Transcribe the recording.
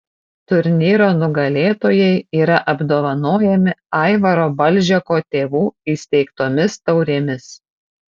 turnyro nugalėtojai yra apdovanojami aivaro balžeko tėvų įsteigtomis taurėmis